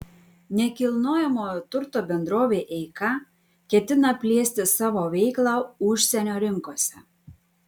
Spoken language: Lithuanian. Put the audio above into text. nekilnojamojo turto bendrovė eika ketina plėsti savo veiklą užsienio rinkose